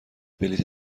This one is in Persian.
بلیط